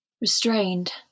Restrained